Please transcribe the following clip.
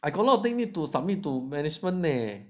I got a lot of thing need to submit to management leh